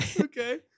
okay